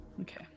Okay